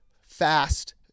fast